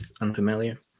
unfamiliar